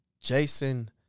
Jason